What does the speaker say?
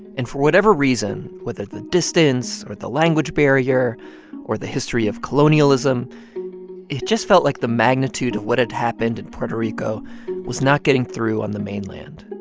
and for whatever reason whether the distance or the language barrier or the history of colonialism it just felt like the magnitude of what had had happened in puerto rico was not getting through on the mainland.